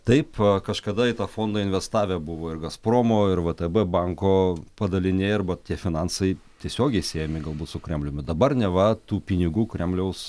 taip kažkada į tą fondą investavę buvo ir gazpromo ir vtb banko padaliniai arba tie finansai tiesiogiai siejami galbūt su kremliumi dabar neva tų pinigų kremliaus